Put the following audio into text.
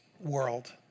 world